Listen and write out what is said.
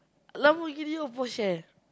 Lamborghini or Porsche